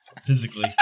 physically